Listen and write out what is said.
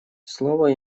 слово